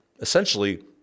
essentially